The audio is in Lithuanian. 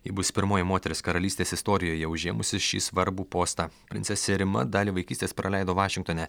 ji bus pirmoji moteris karalystės istorijoje užėmusi šį svarbų postą princesė rima dalį vaikystės praleido vašingtone